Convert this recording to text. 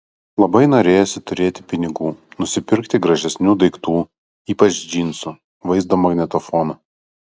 labai norėjosi turėti pinigų nusipirkti gražesnių daiktų ypač džinsų vaizdo magnetofoną